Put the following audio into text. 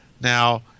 Now